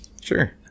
Sure